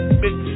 bitch